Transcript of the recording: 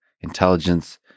intelligence